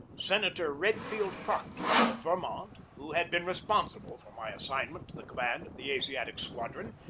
senator redfield proctor, of vermont, who had been responsible for my assign ment to the command of the asiatic squadron,